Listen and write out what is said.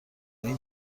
این